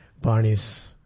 Barney's